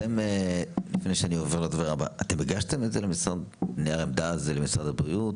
אתם הגשתם את נייר העמדה הזה למשרד הבריאות?